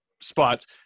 spots